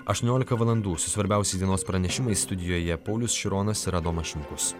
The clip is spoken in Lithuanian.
aštuoniolika valandų su svarbiausius dienos pranešimai studijoje paulius šironas ir adomas šimkus